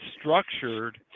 structured